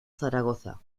zaragoza